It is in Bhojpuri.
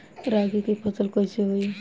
रागी के फसल कईसे होई?